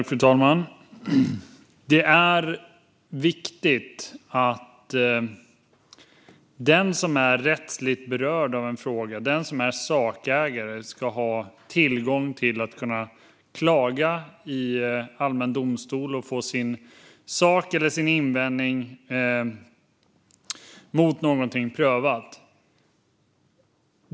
Fru talman! Det är viktigt att den som är sakägare och rättsligt berörd av en fråga ska kunna klaga i allmän domstol och få sin sak eller sin invändning mot någonting prövad.